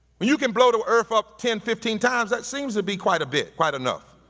you can blow to earth up ten, fifteen times, that seems to be quite a bit, quite enough.